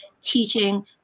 teaching